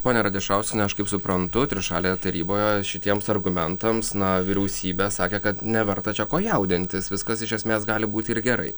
ponia radišauskiene aš kaip suprantu trišalėje taryboje šitiems argumentams na vyriausybė sakė kad neverta čia ko jaudintis viskas iš esmės gali būti ir gerai